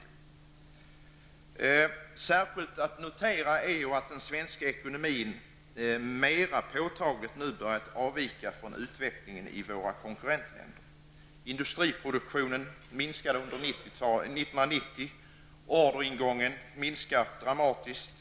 Särskilt att notera är att den svenska ekonomin mera påtagligt börjat avvika från utvecklingen i våra viktiga konkurrentländer. Orderingången minskar dramatiskt.